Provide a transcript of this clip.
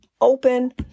open